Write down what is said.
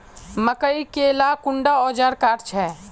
मकई के ला कुंडा ओजार काट छै?